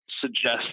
suggest